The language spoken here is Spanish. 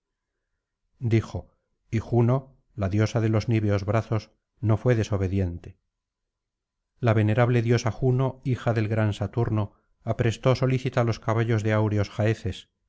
dijo y juno la diosa de los niveos brazos no fué desobediente la venerable diosa juno hija del gran saturno aprestó solícita los caballos de áureos jaeces